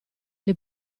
alle